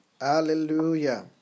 Hallelujah